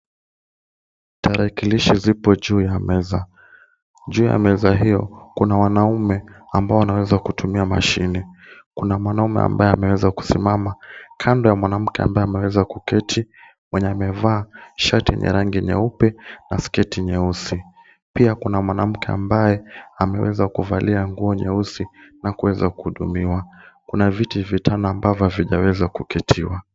Tarakilishi zipo juu ya meza. Juu ya meza hiyo kuna wanaume ambao wanaweza kutumia mashine. Kuna mwanamume ambaye ameweza kusimama kando ya mwanamke ambaye ameweza kuketi, mwenye amevaa shati ya rangi nyeupe na sketi nyeusi. Pia, kuna mwanamke ambaye ameweza kuvalia nguo nyeusi na kuweza kuhudumiwa. Kuna viti vitano ambavyo havijaweza kuketiwa.